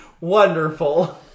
Wonderful